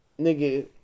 nigga